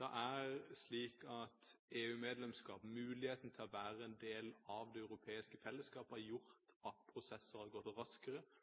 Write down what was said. Det er slik at EU-medlemskap, muligheten til å være en del av det europeiske fellesskapet, har gjort at prosesser har gått raskere,